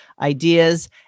ideas